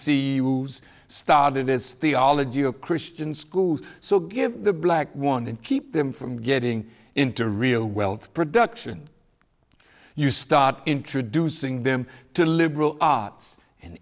s started this theology of christian schools so give the black one and keep them from getting into real wealth production you start introducing them to liberal arts and